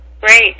Great